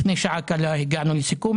לפני שעה קלה הגענו לסיכום,